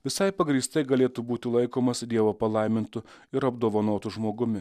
visai pagrįstai galėtų būti laikomas dievo palaimintu ir apdovanotu žmogumi